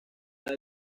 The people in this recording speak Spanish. sabe